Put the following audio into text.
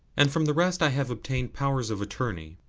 and from the rest i have obtained powers of attorney.